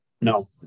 No